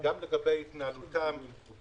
לגבי התנהלותם של